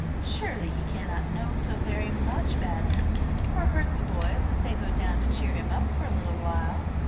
surely he cannot know so very much badness or hurt the boys if they go down to cheer him up for a little while.